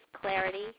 clarity